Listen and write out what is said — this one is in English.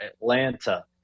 Atlanta